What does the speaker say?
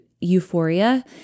euphoria